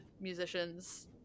musicians